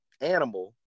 animal